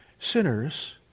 sinners